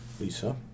lisa